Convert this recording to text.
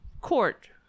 court